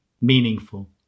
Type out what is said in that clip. meaningful